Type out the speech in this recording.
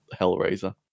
Hellraiser